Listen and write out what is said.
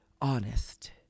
honest